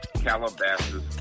Calabasas